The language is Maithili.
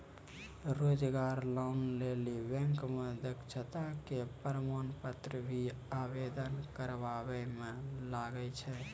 रोजगार लोन लेली बैंक मे दक्षता के प्रमाण पत्र भी आवेदन करबाबै मे लागै छै?